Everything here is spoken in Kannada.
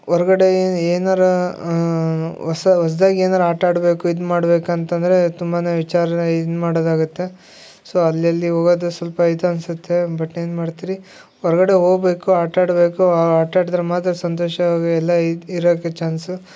ಹೊರ್ಗಡೆ ಏನಾದರ ಹೊಸಾ ಹೊಸ್ದಾಗಿ ಏನಾದರ ಆಟ ಆಡಬೇಕು ಇದು ಮಾಡಬೇಕು ಅಂತಂದರೆ ತುಂಬಾನೆ ವಿಚಾರ ಇದ್ಮಾಡೋದಾಗತ್ತೆ ಸೋ ಅಲ್ಲಿಲ್ಲಿ ಹೋಗೋದುಸ್ವಲ್ಪ ಇದು ಅನ್ಸುತ್ತೆ ಬಟ್ ಏನು ಮಾಡ್ತೀರಿ ಹೊರ್ಗಡೆ ಹೋಗ್ಬೇಕು ಆಟ ಆಡಬೇಕು ಆಟಾಡಿದ್ರೆ ಮಾತ್ರ ಸಂತೋಷವಾಗಿ ಎಲ್ಲಾ ಇರೋದಕ್ಕೆ ಚಾನ್ಸು